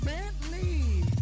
Bentley